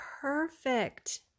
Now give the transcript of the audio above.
Perfect